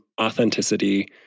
authenticity